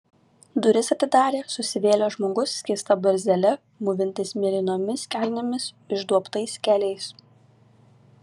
duris atidarė susivėlęs žmogus skysta barzdele mūvintis mėlynomis kelnėmis išduobtais keliais